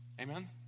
Amen